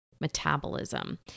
metabolism